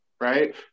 Right